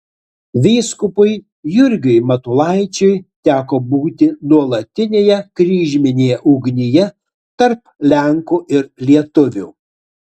vyskupui jurgiui matulaičiui teko būti nuolatinėje kryžminėje ugnyje tarp lenkų ir lietuvių